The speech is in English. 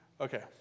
Okay